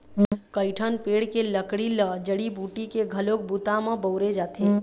कइठन पेड़ के लकड़ी ल जड़ी बूटी के घलोक बूता म बउरे जाथे